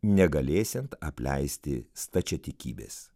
negalėsiant apleisti stačiatikybės